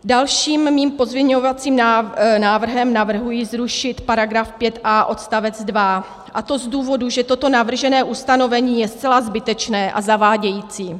Dalším svým pozměňovacím návrhem navrhuji zrušit § 5a odst. 2, a to z důvodu, že toto navržené ustanovení je zcela zbytečné a zavádějící.